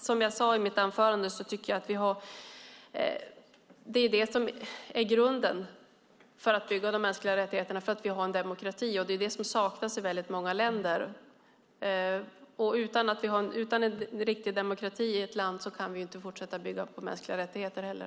Som jag sade i mitt anförande är grunden för att bygga mänskliga rättigheter att man har en demokrati, och det är det som saknas i många länder. Utan riktig demokrati i ett land kan vi inte bygga mänskliga rättigheter heller.